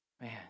Man